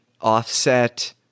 offset